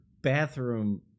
bathroom